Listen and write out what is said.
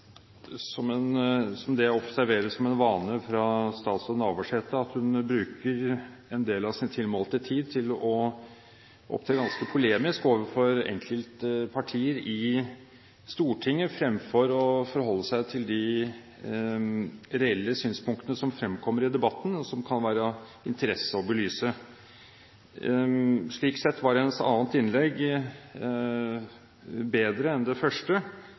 som jeg opplever som en vane hos statsråd Navarsete, nemlig at hun bruker en del av sin tilmålte tid til å opptre ganske polemisk overfor enkeltpartier i Stortinget, fremfor å forholde seg til de reelle synspunktene som fremkommer i debatten, og som kan være av interesse å belyse. Slik sett var hennes andre innlegg bedre enn det første,